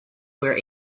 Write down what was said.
wear